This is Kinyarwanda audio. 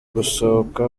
gusohoka